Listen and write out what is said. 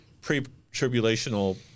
pre-tribulational